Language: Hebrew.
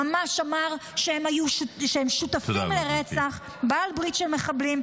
ממש אמר שהם שותפים לרצח -- תודה רבה גברתי.